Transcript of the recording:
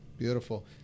Beautiful